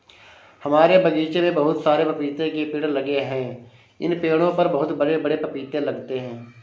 हमारे बगीचे में बहुत सारे पपीते के पेड़ लगे हैं इन पेड़ों पर बहुत बड़े बड़े पपीते लगते हैं